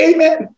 Amen